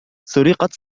سُرقت